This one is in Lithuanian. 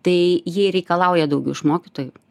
tai jie reikalauja daugiau iš mokytojų